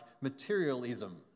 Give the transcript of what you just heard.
materialism